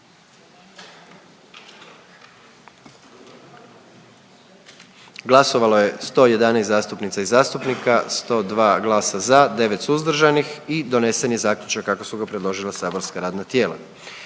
Glasovalo je 109 zastupnica i zastupnika, 106 za, 3 suzdržana i donesen zaključak kako ga je predložilo matično saborsko radno tijelo.